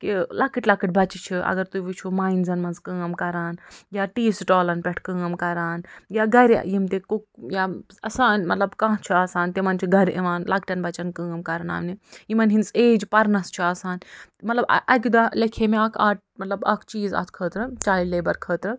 کہِ لۄکٔٹۍ لۄکٔٹۍ بَچہٕ چھِ اَگر تُہۍ وُچھُو ماینٕزَن منٛز کٲم کران یا ٹی سِٹالَن پٮ۪ٹھ کٲم کران یا گھرِ یِم تہِ کوک یا آسان مطلب کانٛہہ چھُ آسان تِمَن چھُ گھرِ یِوان لۄکٹیٚن بچیٚن کٲم کَرناونہِ یِمَن ہنٛز ایج پَرنَس چھِ آسان مطلب اَکہِ دۄہ لیٚکھیٚے مےٚ اکھ آٹ مطلب اکھ چیٖز اَتھ خٲطرٕ چایلڈٕ لیبَر خٲطرٕ